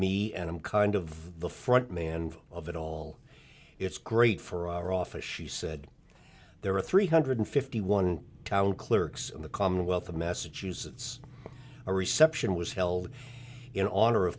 me and i'm kind of the front man of it all it's great for our office she said there are three hundred fifty one town clerks in the commonwealth of massachusetts a reception was held in author of